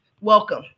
Welcome